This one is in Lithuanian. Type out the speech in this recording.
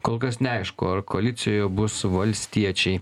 kol kas neaišku ar koalicijoje bus valstiečiai